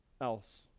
else